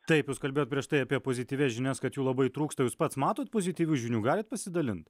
taip jūs kalbėjot prieš tai apie pozityvias žinias kad jų labai trūksta jūs pats matot pozityvių žinių galit pasidalint